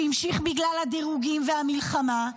שהמשיך בגלל הדירוגים והמלחמה.